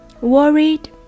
worried